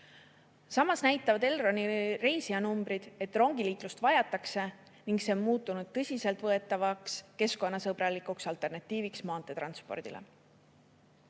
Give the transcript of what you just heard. Samas näitavad Elroni reisijanumbrid, et rongiliiklust vajatakse ning see on muutunud tõsiseltvõetavaks keskkonnasõbralikuks alternatiiviks maanteetranspordile. Mõistagi